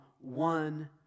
one